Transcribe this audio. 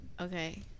Okay